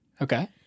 Okay